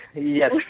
Yes